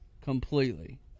completely